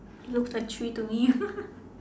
looks like three to me